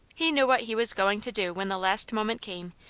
he knew what he was going to do when the last moment came,